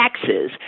taxes